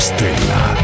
Stella